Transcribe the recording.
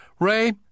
Ray